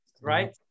right